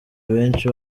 abenshi